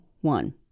one